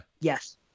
Yes